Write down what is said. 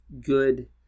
good